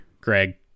Greg